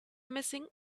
missing